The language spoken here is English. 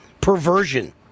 perversion